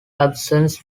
absence